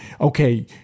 okay